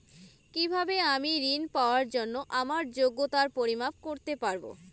কিভাবে আমি ঋন পাওয়ার জন্য আমার যোগ্যতার পরিমাপ করতে পারব?